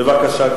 בבקשה,